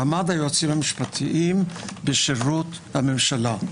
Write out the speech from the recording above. מעמד היועצים המשפטיים בשירות הממשלה.